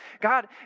God